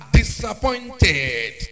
disappointed